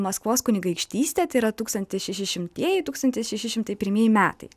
maskvos kunigaikštystę tai yra tūkstantis šešišimtieji tūkstantis šeši šimtai pirmieji metai